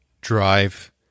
drive